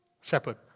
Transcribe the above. shepherd